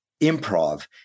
improv